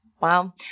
Wow